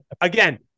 again